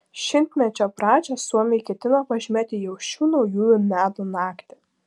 šimtmečio pradžią suomiai ketina pažymėti jau šių naujųjų metų naktį